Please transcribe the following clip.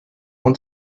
want